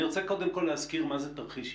אני רוצה קודם כול להזכיר מה זה תרחיש ייחוס.